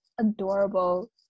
adorable